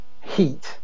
heat